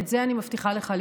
את זה אני מבטיחה לבדוק.